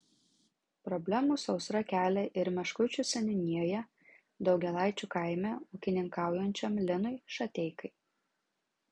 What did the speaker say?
problemų sausra kelia ir meškuičių seniūnijoje daugėlaičių kaime ūkininkaujančiam linui šateikai